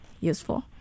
useful